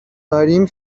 داریم